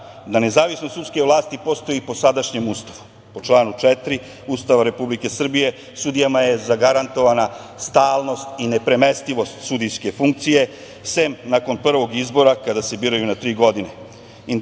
da nezavisnost sudske vlasti postoji i pod sadašnjim ustavom. U članu 4. Ustava Republike Srbije sudijama je zagarantovana stalnost i nepremestivost sudijske funkcije sem nakon prvog izbora kad se biraju na tri godine.